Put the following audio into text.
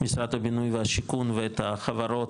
משרד הבינוי והשיכון ואת החברות,